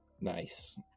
nice